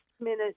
minute